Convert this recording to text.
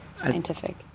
scientific